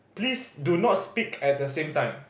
please do not speak at the same time